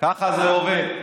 ככה זה עובד.